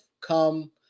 come